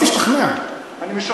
לוקח מקצבאות ילדים, מרעיב ילדים, אני?